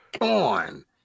on